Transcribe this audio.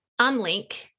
unlink